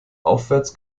aufwärts